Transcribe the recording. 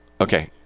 okay